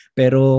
pero